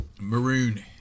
Maroon